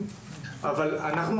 אבל אנחנו,